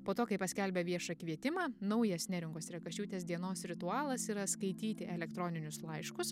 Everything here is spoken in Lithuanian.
po to kai paskelbė viešą kvietimą naujas neringos rekašiūtės dienos ritualas yra skaityti elektroninius laiškus